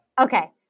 Okay